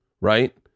Right